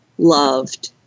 loved